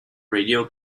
radio